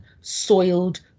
soiled